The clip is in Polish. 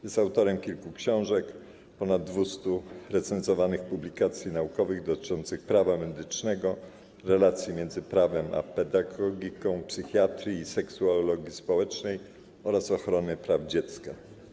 Jest autorem kilku książek, ponad 200 recenzowanych publikacji naukowych dotyczących prawa medycznego, relacji między prawem a pedagogiką, psychiatrii i seksuologii społecznej oraz ochrony praw dziecka.